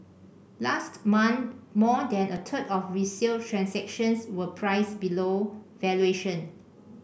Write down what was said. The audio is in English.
last month more than a third of resale transactions were priced below valuation